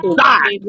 die